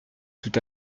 tout